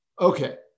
okay